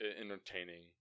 entertaining